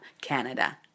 Canada